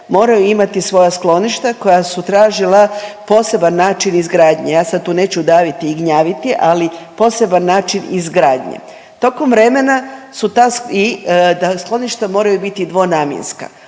moraju imati svoja skloništa koja su tražila poseban način izgradnje. Ja sad tu neću daviti i gnjaviti, ali poseban način izgradnje. Tokom vremena su ta i da skloništa moraju biti dvonamjenska.